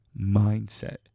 mindset